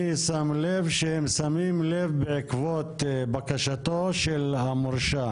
אני שם לב שהם שמים לב בעקבות בקשתו של המורשע